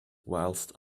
whilst